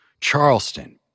Charleston